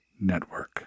Network